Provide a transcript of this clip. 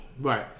Right